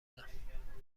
بودم